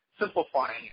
simplifying